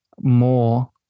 more